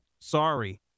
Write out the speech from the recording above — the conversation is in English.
sorry